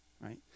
right